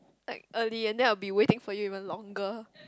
like early and then I will be waiting for you even longer